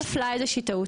כנראה נפלה איזושהי טעות,